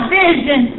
vision